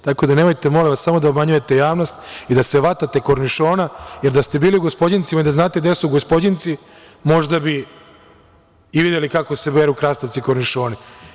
Tako da, nemojte molim vas samo da obmanjujete javnost i da se vatate kornišona, jer da ste bili u Gospođincima i da znate gde su Gospođinci, možda bi i videli kako se beru krastavci kornišoni.